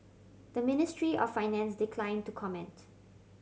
the Ministry of Finance declined to comment